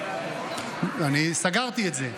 אני סגרתי את זה.